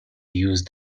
use